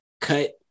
cut